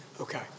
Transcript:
Okay